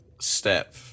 Step